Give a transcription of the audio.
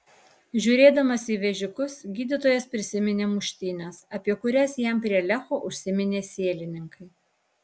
žiūrėdamas į vežikus gydytojas prisiminė muštynes apie kurias jam prie lecho užsiminė sielininkai